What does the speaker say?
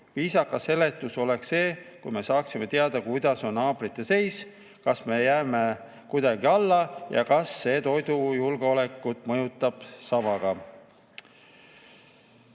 Viisakas seletus oleks see, kui me saaksime teada, kuidas on naabrite seis, kas me jääme kuidagi alla ja kas see ka toidujulgeolekut mõjutab.